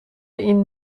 این